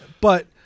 but-